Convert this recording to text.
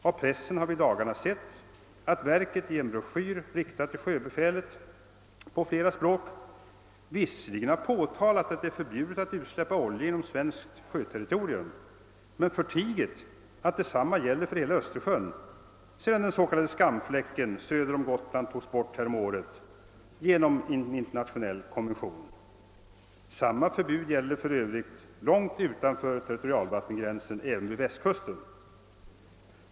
I pressen har vi i dagarna sett att verket i en flerspråkig broschyr, riktad till sjöbefälet, visserligen har påtalat att det är förbjudet att utsläppa olja inom svenskt sjöterritorium men förtigit att detsamma gäller för hela Östersjön, sedan den s.k. skamfläcken söder om Gotland togs bort häromåret genom en internationell konvention. Samma förbud gäller för övrigt långt utanför territorialvattengränsen även vid Västkusten.